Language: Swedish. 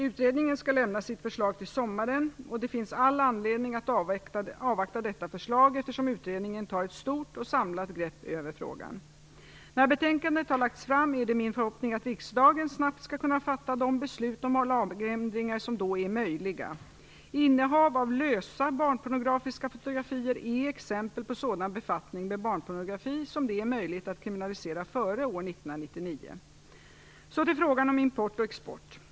Utredningen skall lämna sitt förslag till sommaren, och det finns all anledning att avvakta detta förslag, eftersom utredningen tar ett stort och samlat grepp över frågan. När betänkandet har lagts fram är det min förhoppning att riksdagen snabbt skall kunna fatta de beslut om lagändringar som då är möjliga. Innehav av lösa barnpornografiska fotografier är exempel på sådan befattning med barnpornografi som det är möjligt att kriminalisera före år 1999. Så går jag över till frågan om import och export.